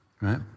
right